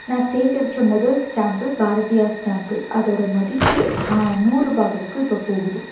நான் சேகரிச்ச முதல் ஸ்டாம்பு பாரதியார் ஸ்டாம்பு அதோட மதிப்பு நூறுரூபா வரைக்கும் இப்போ போகுது